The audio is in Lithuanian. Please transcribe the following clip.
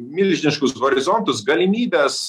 milžiniškus horizontus galimybes